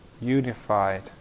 unified